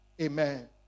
Amen